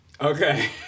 Okay